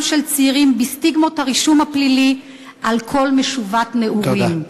של צעירים בסטיגמות הרישום הפלילי על כל משובת נעורים.